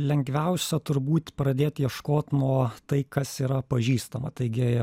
lengviausia turbūt pradėt ieškot nuo tai kas yra pažįstama taigi